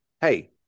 hey